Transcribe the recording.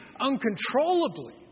uncontrollably